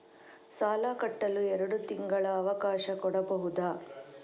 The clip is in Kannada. ಸಾಲ ಕಟ್ಟಲು ಎರಡು ತಿಂಗಳ ಅವಕಾಶ ಕೊಡಬಹುದಾ?